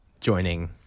joining